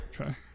okay